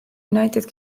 united